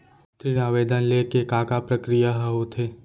ऋण आवेदन ले के का का प्रक्रिया ह होथे?